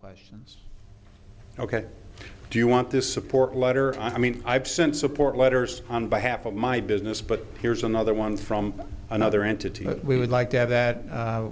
questions ok do you want this support letter i mean i've sent support letters on behalf of my business but here's another one from another entity that we would like to have that